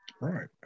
Right